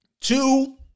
two